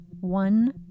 One